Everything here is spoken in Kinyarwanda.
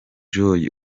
joy